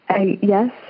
yes